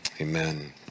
Amen